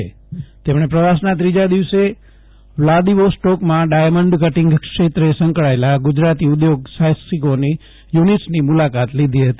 મુખ્યમંત્રી તેમણે પ્રવાસના ત્રીજા દિવસે વ્લાદીવોસ્ટોકમાં ડાયમન્ડ કટીંગ ક્ષેત્રે સંકળાયેલા ગુજરાતી ઊદ્યોગ સાહસિકોના યુનિટસની મૂલાકાત લીધી હતી